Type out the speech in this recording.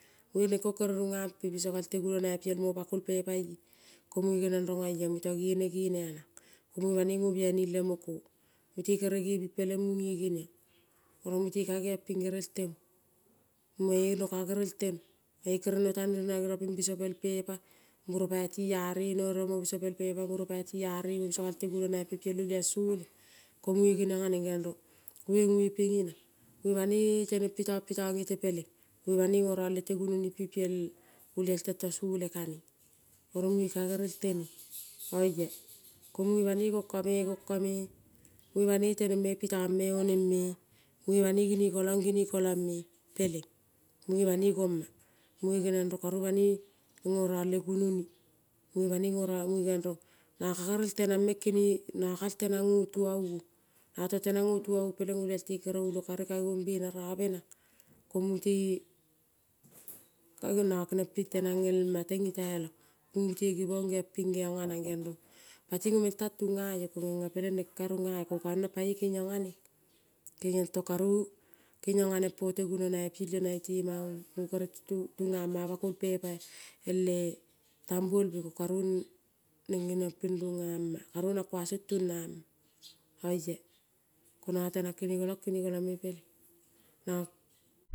Munge neng kong kere ningeampe bisogalte gunonoi pielmo ipako pepaie, ko mung ngeniong rong oia muto gene genea nang. Munge banoi ngo bihainim lemo kong, mute kere gebing peleng mung ngeniong. Oro mute ka gerel geiong ping temo, munge kagere geniong teneng. Renro tang nina geniong ping bisopel pepa, muropai tiare no ere mo biso pel pepa muropoi ti are mo biso gal tegunonoi pe piel olail sole. Komunge geniong nga neng rong eue ngo nge kengere, mung pane teneng pitong, pitong ite peleng munge banoi ngo rong lete gunoni mpe piel olial tento sole kaneng. Oro munge ka gerel teneng ko munge banoi gonkome gonkome, munge banoi teneng pitong me oneng me, munge banoi gerekolong gerekolong me peleng, munge banoi gongme. Munge geniong rong karu banoi ngo rong le gunoni, munge banoi ngo rong ngeniong rong ka gerel tenang meng nongo kagerel tenang ngo tuou-ong. Nongo tong tenang ngo tuou-ong peleng olial te kere ulo kari ka gibong bena robe nang, ke mute ko nongo tenang elma teng itai lo, ping mute gibong geiong nga nang rong pati ngo tang tungaio ko ngengo peleng neng ka neng nga io ko kangiengrong pangoi kengiong nga neng tong karu kengiong nga neng po te gunoni piel io naitema ongo. Kongo kere tungama, pakol pepa ele tembu ol mbe ko karu neng geniong ping rungama, kemang kuang song tungama oia ko nongo tenang kene kolong peleng nongo.